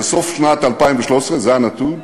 בסוף שנת 2013. זה הנתון,